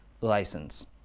license